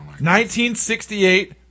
1968